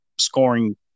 scoring